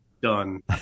Done